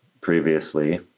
previously